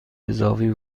اضافی